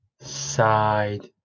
side